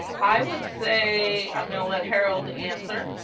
i would say, i'm going to let harold answer.